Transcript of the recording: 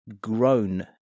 grown